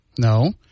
No